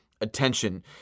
attention